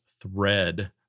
thread